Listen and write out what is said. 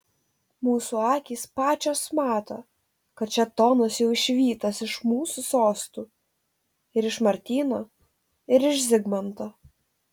mūsų akys pačios mato kad šėtonas jau išvytas iš mūsų sostų ir iš martyno ir iš zigmanto